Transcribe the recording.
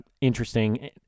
interesting